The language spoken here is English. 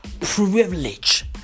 privilege